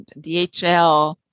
DHL